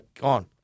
gone